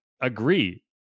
agree